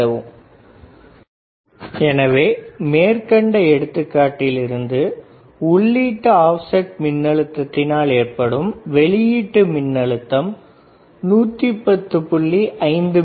5mV எனவே மேற்கண்ட எடுத்துக்காட்டில் இருந்து உள்ளீட்டு ஆப்செட் மின் அழுத்தத்தினால் ஏற்படும் வெளியீட்டு மின்னழுத்தம் VoT 110